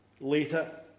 later